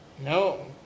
No